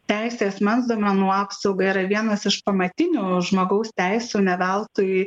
teisė asmens duomenų apsaugai yra vienas iš pamatinių žmogaus teisių ne veltui